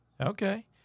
Okay